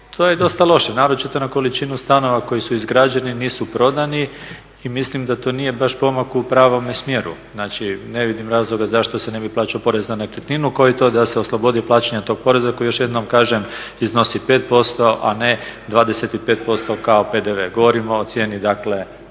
To je dosta loše, naročito na količinu stanova koji su izgrađeni, nisu prodani i mislim da to baš nije pomak u pravome smjeru. Znači, ne vidim razloga zašto se ne bi plaćao porez na nekretninu kao i to da se oslobodi plaćanja tog poreza koji još jednom kažem iznosi 5%, a ne 25% kao PDV. Govorim o cijeni dakle